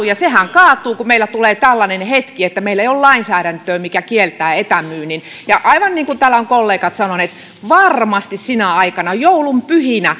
ja sehän kaatuu kun meillä tulee tällainen hetki että meillä ei ole lainsäädäntöä joka kieltää etämyynnin aivan niin kuin täällä ovat kollegat sanoneet niin varmasti sinä aikana joulunpyhinä